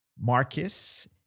Marcus